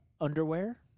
Underwear